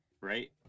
right